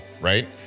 right